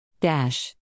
Dash